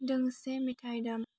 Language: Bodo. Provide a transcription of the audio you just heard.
दोंसे मेथाय दाम